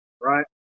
right